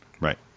Right